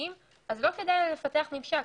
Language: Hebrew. כדאי לה לפתח ממשק.